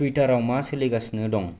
टुइटारआव मा सोलिगासिनो दं